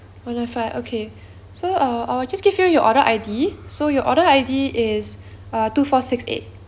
one nine five okay so uh I'll just give you your order I_D so your order I_D is uh two four six eight